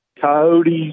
coyotes